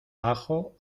ajo